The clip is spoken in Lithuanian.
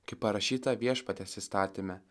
kaip parašyta viešpaties įstatyme